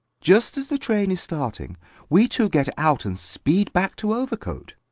just as the train is starting we two get out and speed back to overcote.